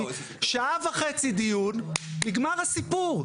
שעה חצי דיון נגמר הסיפור.